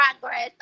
progress